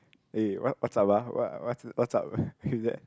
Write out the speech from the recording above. eh what what's up ah what what's what's up with that